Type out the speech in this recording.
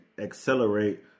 accelerate